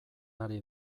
ari